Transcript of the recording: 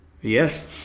Yes